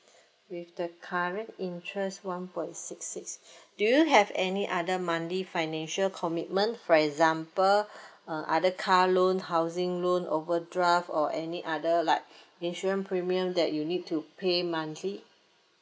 with the current interest one point six six do you have any other monthly financial commitment for example uh other car loan housing loan overdraft or any other like insurance premium that you need to pay monthly